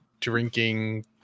drinking